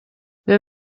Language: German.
wir